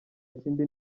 kindi